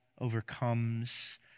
overcomes